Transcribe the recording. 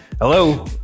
Hello